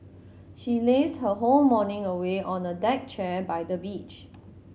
she lazed her whole morning away on a deck chair by the beach